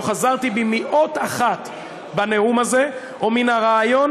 לא חזרתי בי מאות אחת בנאום הזה או מן הרעיון